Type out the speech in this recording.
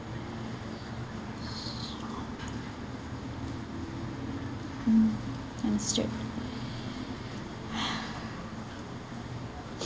mm understood !hais!